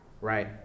right